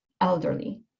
elderly